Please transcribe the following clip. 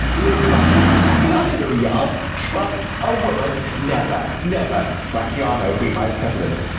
do you practise at the artillery yard? trust a woman? never, never brachiano be my precedent.